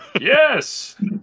Yes